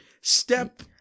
Step